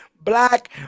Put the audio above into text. black